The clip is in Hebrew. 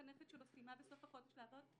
המחנכת שלו סיימה בסוף החודש לעבוד.